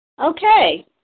Okay